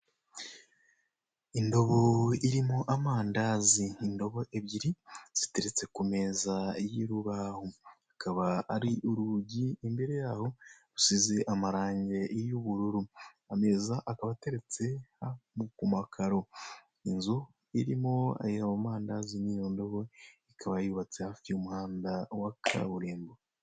Indubo irimo amandazi, indobo ebyiri ziteretse ku meza y'urubaho ikaba ari urugi imbere yaho rusize amarangi y'ubururu ameza akaba ateretse ku makaro, inzu irimo ayo mandazi n'iyo ndobo ikaba yubatse hafi y'umuhanda wa kaburimbo.